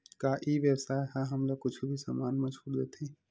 का ई व्यवसाय ह हमला कुछु भी समान मा छुट देथे?